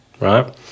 right